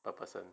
per person